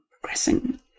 progressing